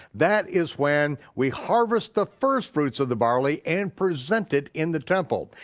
that is when we harvest the first fruits of the barley and present it in the temple.